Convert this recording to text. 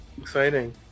Exciting